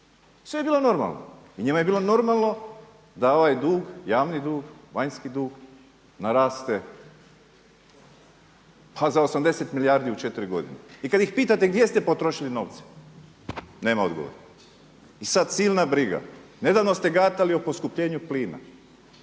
Sve je bilo normalno. I njemu je bilo normalno da ovaj dug, javni dug, vanjski dug naraste pa za 80 milijardi u 4 godine. I kada ih pitate gdje ste potrošili novce nema odgovora. I sada silna briga. Nedavno ste gatali o poskupljenju plina